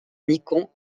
nikon